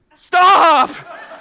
stop